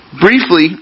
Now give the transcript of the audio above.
briefly